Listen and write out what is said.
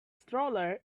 stroller